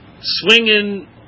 swinging